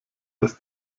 das